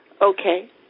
Okay